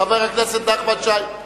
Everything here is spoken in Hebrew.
חבר הכנסת נחמן שי.